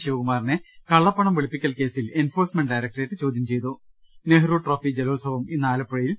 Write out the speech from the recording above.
ശിവകുമാറിനെ കള്ളപ്പണം വെളുപ്പി ക്കൽ കേസിൽ എൻഫോഴ്സ്മെൻറ് ഡയറക്ട്രേറ്റ് ചോദ്യം ചെയ്തു നെഹ്രു ട്രോഫി ജലോത്സവം ഇന്ന് ആലപ്പുഴയിൽ